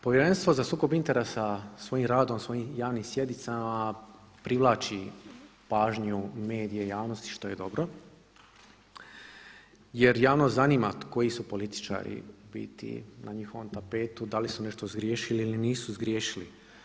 Povjerenstvo za sukob interes svojim radom, svojim javnim sjednicama privlači pažnju medija i javnosti što je dobro jer javnost zanima koji su političari u biti na njihovom tapetu, da li su nešto zgriješili ili nisu zgriješili.